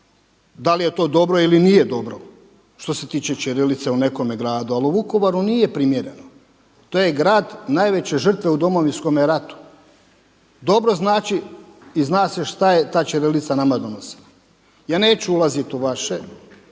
da li je to dobro ili nije dobro što se tiče ćirilice u nekome gradu, ali u Vukovaru nije primjereno. To je grad najveće žrtve u Domovinskom ratu. Dobro znači i zna se šta je ta ćirilica nama donosila. Ja neću ulaziti u vaše